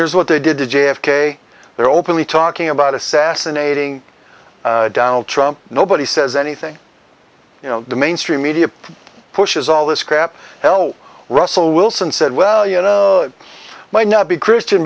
here's what they did to j f k they're openly talking about assassinating donald trump nobody says anything you know the mainstream media pushes all this crap hell russell wilson said well you know might not be christian